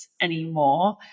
anymore